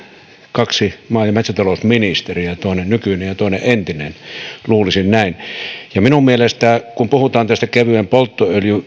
kaksi maa ja metsätalousministeriä toinen nykyinen ja toinen entinen luulisin näin minun mielestäni kun puhutaan tästä kevyen polttoöljyn